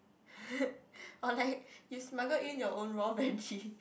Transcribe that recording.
or like you smuggle in your own raw veggie